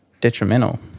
detrimental